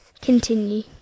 continue